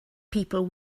people